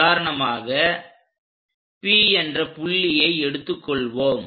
உதாரணமாக P என்ற புள்ளியை எடுத்துக்கொள்வோம்